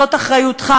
זאת אחריותך.